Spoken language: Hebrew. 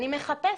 אני מחפשת,